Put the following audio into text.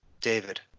David